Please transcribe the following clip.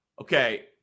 Okay